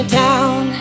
down